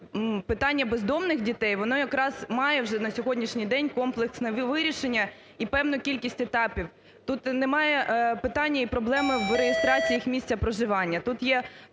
питання бездомних дітей – воно якраз має вже на сьогоднішній день комплексне вирішення і певну кількість етапів. Тут немає питання і проблеми в реєстрації їх місця проживання,